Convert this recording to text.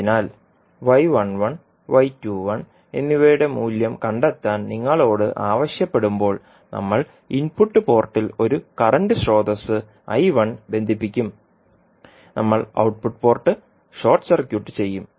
അതിനാൽ എന്നിവയുടെ മൂല്യം കണ്ടെത്താൻ നിങ്ങളോട് ആവശ്യപ്പെടുമ്പോൾ നമ്മൾ ഇൻപുട്ട് പോർട്ടിൽ ഒരു കറന്റ് സ്രോതസ്സ് ബന്ധിപ്പിക്കും നമ്മൾ ഔട്ട്പുട്ട് പോർട്ട് ഷോർട്ട് സർക്യൂട്ട് ചെയ്യും